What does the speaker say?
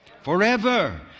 Forever